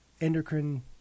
endocrine